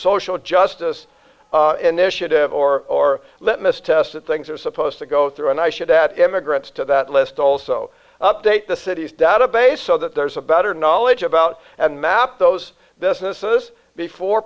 social justice initiative or let miss test that things are supposed to go through and i should add emigrants to that list also update the city's database so that there's a better knowledge about and map those misses before